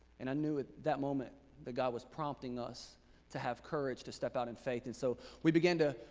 and i knew at that moment that god was prompting us to have courage to step out in faith. and so we began to,